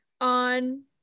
on